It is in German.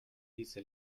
diese